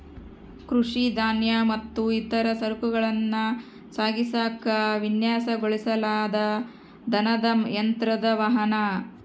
ಕೃಷಿ ಧಾನ್ಯ ಮತ್ತು ಇತರ ಸರಕುಗಳನ್ನ ಸಾಗಿಸಾಕ ವಿನ್ಯಾಸಗೊಳಿಸಲಾದ ದನದ ಯಂತ್ರದ ವಾಹನ